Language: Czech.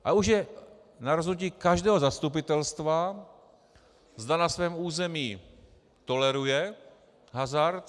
A už je na rozhodnutí každého zastupitelstva, zda na svém území toleruje hazard.